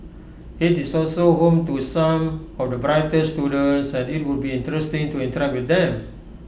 IT is also home to some of the brightest students and IT would be interesting to interact with them